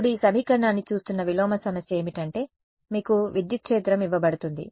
ఇప్పుడు ఈ సమీకరణాన్ని చూస్తున్న విలోమ సమస్య ఏమిటంటే మీకు విద్యుత్ క్షేత్రం ఇవ్వబడుతుంది